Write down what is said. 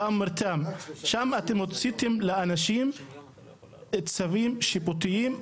שם אתם הוצאתם לאנשים צווים שיפוטיים.